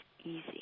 easy